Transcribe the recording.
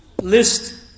list